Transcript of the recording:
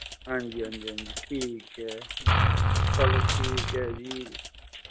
हां जी हां जी ठीक ऐ चलो ठीक ऐ जी